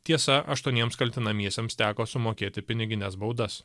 tiesa aštuoniems kaltinamiesiems teko sumokėti pinigines baudas